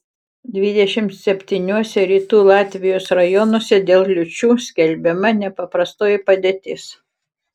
dvidešimt septyniuose rytų latvijos rajonuose dėl liūčių skelbiama nepaprastoji padėtis